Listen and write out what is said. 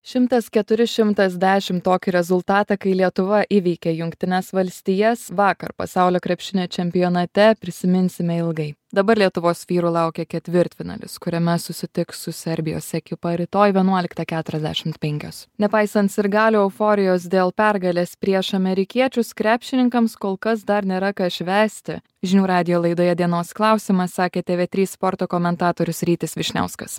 šimtas keturi šimtas dešim tokį rezultatą kai lietuva įveikė jungtines valstijas vakar pasaulio krepšinio čempionate prisiminsime ilgai dabar lietuvos vyrų laukia ketvirtfinalis kuriame susitiks su serbijos ekipa rytoj vienuoliktą keturiasdešimt penkios nepaisant sirgalių euforijos dėl pergalės prieš amerikiečius krepšininkams kol kas dar nėra ką švęsti žinių radijo laidoje dienos klausimas sakė tv trys sporto komentatorius rytis vyšniauskas